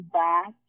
back